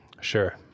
Sure